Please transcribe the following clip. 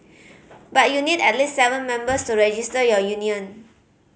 but you need at least seven members to register your union